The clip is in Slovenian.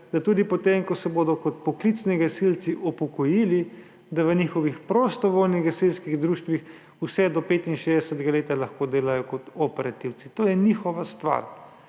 potem ko se bodo kot poklicni gasilci upokojili, da v svojih prostovoljnih gasilskih društvih vse do 65. leta delajo kot operativci. To je njihova stvar.